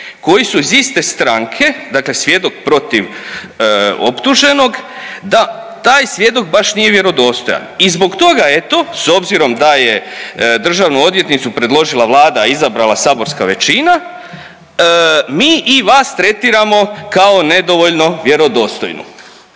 koji su iz iste stranke, dakle svjedok protiv optuženog, da taj svjedok baš nije vjerodostojan i zbog toga eto s obzirom da je državno odvjetništvo predložila Vlada, a izabrala saborska većina mi i vas tretiramo kao nedovoljno vjerodostojnu.